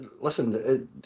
listen